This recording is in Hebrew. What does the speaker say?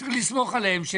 צריך לסמוך עליהם.